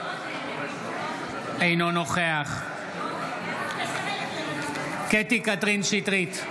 אינו נוכח קטי קטרין שטרית,